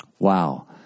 Wow